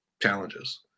challenges